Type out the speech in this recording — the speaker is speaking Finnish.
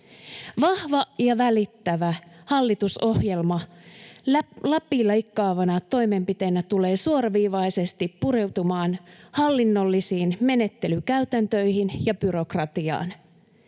Vahva ja välittävä hallitusohjelma läpileikkaavana toimenpiteenä tulee suoraviivaisesti pureutumaan hallinnollisiin menettelykäytäntöihin ja byrokratiaan.